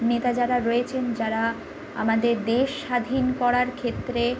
নেতা যাঁরা রয়েছেন যাঁরা আমাদের দেশ স্বাধীন করার ক্ষেত্রে